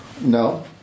No